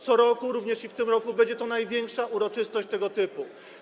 Co roku, również w tym roku, jest to największa uroczystość tego typu.